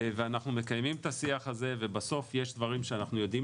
ואנחנו מקיימים את השיח הזה ובסוף יש דברים שאנחנו יודעים